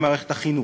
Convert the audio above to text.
במערכת החינוך.